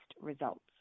results